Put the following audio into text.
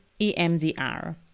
EMDR